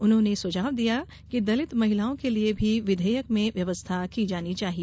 उन्होंने सुझाव दिया कि दलित महिलाओं के लिए भी विधेयक में व्यवस्था की जानी चाहिए